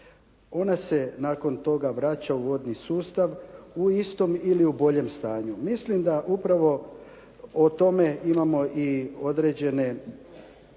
Ona se nakon toga vraća u vodni sustav u istom ili u boljem stanju. Mislim da upravo o tome imamo određene